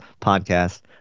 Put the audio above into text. podcast